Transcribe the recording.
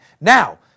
Now